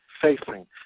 facing